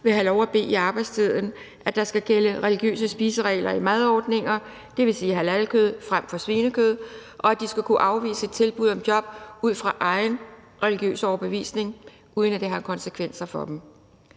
vil have lov at bede i arbejdstiden og ønsker, at der skal gælde religiøse spiseregler i madordninger, dvs. halalkød frem for svinekød, og at de skal kunne afvise tilbud om job ud fra egen religiøs overbevisning, uden at det har konsekvenser for dem.